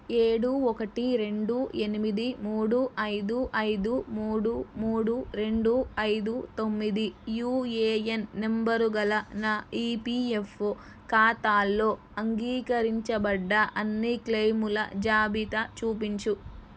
ఏడు ఒకటి రెండు ఎనిమిది మూడు ఐదు ఐదు మూడు మూడు రెండు ఐదు తొమ్మిది యూఏఎన్ నంబరుగల నా ఈపియఫ్ఓ ఖాతాలో అంగీకరించబడ్డ అన్ని క్లెయిముల జాబితా చూపించు